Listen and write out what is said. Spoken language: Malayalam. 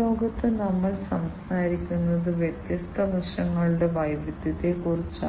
ഈ പ്രോസസ്സറിൽ വ്യത്യസ്ത അൽഗോരിതങ്ങൾ എക്സിക്യൂട്ട് ചെയ്യാൻ കഴിയും